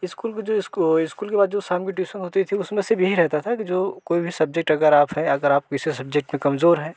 school के जो इसको स्कूल के बाद जो शाम की ट्यूसन होती थी उसमें सिर्फ यही रहता था कि जो कोई भी सब्जेक्ट अगर आप है अगर आप किसी सब्जेक्ट में कमजोर हैं